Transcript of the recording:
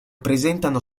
presentano